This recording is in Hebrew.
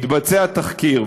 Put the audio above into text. מתבצע תחקיר,